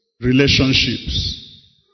relationships